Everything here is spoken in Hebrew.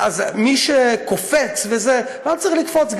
מי שקופץ לא צריך לקפוץ.